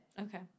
Okay